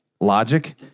logic